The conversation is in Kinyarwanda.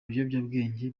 biyobyabwenge